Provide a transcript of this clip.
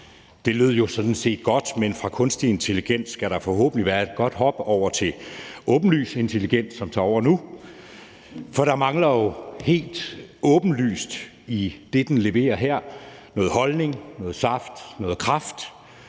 Det lød jo sådan set godt, men fra kunstig intelligens vil der forhåbentlig være et godt hop over til åbenlys intelligens, som tager over nu. For der mangler jo helt åbenlyst i det, den leverer her, noget holdning, noget saft, noget kraft,